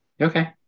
Okay